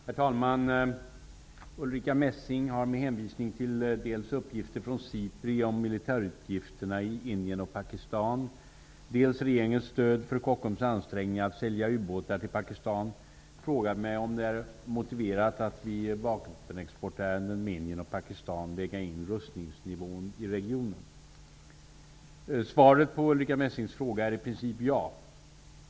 Herr talman! Ulrica Messing har med hänvisning till dels uppgifter från Sipri om militärutgifterna i Indien och Pakistan, dels regeringens stöd för Kockums ansträngningar att sälja ubåtar till Pakistan frågat mig om det är motiverat att vid ärenden som gäller vapenexport till Indien och Pakistan väga in rustningsnivån i regionen. Svaret på Ulrica Messings fråga är i princip ja.